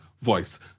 voice